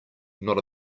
not